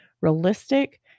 realistic